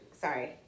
sorry